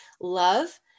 love